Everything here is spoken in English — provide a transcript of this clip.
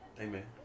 Amen